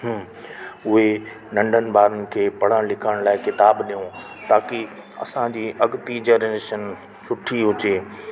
उहे नंढनि ॿारनि खे पढ़ण लिखण लाइ किताबु ॾेऊं ताकी असांजी अॻिती जनरेशन सुठी हुजे